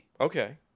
Okay